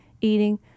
eating